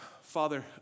Father